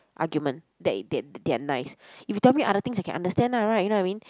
argument that that they are nice if you tell me other things I can understand lah right you know what I mean